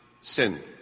sin